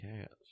cats